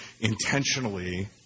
intentionally